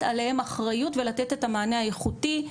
עליהם אחריות ולתת את המענה הייחודי,